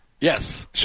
Yes